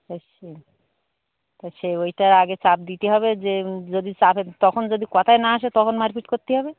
তা সেই তা সেই ওইটা আগে চাপ দিতে হবে যে যদি চাপে তখন যদি কথায় না আসে তখন মারপিট করতে হবে